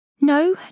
No